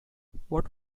what